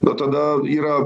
nu tada yra